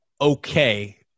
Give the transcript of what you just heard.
okay